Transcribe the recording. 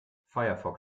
firefox